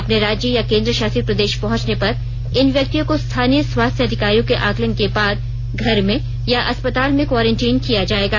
अपने राज्य या केंद्र शासित प्रदेश पहुंचने पर इन व्यक्तियों को स्थानीय स्वास्थ्य अधिकारियों के आकलन के बाद घर में या अस्पताल में क्वार्रेटीन किया जाएगा